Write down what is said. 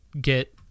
get